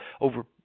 over